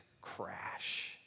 crash